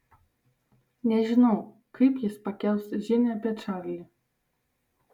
nežinau kaip jis pakels žinią apie čarlį